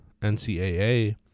NCAA